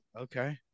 Okay